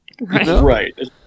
Right